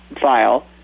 file